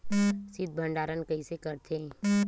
शीत भंडारण कइसे करथे?